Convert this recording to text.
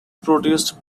produced